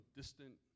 distant